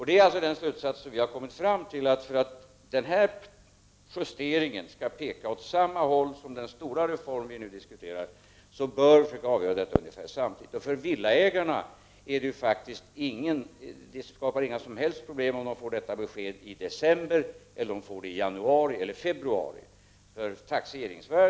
Det är den slutsats som vi i regeringen har kommit fram till. För att denna justering skall peka åt samma håll som den stora reform vi nu diskuterar, bör vi försöka avgöra detta samtidigt. Det skapar inga som helst problem för villaägarna om de får detta besked i december, januari eller februari.